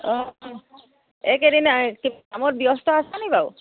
অঁ এই কেইদিনা কামত ব্যস্ত আছেনি বাৰু